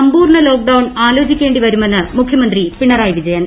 സമ്പൂർണ ലോക്ഡൌൺ ആലോചിക്കേണ്ടി വരുമെന്ന് മുഖ്യമന്ത്രി പീണറായി വിജയൻ